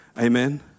Amen